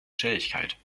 schnelligkeit